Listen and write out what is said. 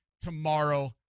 tomorrow